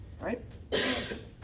right